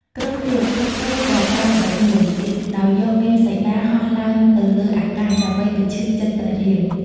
ក្រុងរាពណ៍ភ័យភិតក៏ប្រើល្បិចមួយទៀត ដោយយកនាងសីតាហោះឡើងទៅលើអាកាស ដើម្បីបញ្ឈឺចិត្តព្រះរាម។